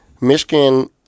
Michigan